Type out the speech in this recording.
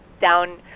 down